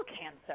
cancer